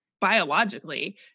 biologically